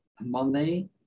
Monday